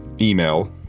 email